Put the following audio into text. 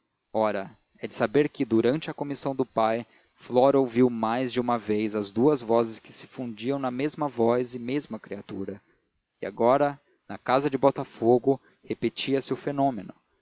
ora é de saber que durante a comissão do pai flora ouviu mais de uma vez as duas vozes que se fundiam na mesma voz e mesma criatura e agora na casa de botafogo repetia-se o fenômeno